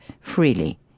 freely